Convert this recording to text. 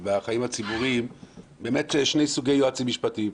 בחיים הציבוריים באמת שני סוגי יועצים משפטיים.